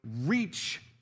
reach